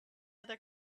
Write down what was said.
other